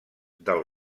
del